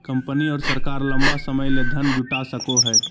company और सरकार लंबा समय ले धन जुटा सको हइ